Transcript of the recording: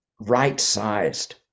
right-sized